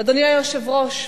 אדוני היושב-ראש,